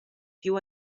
più